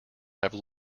have